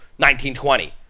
1920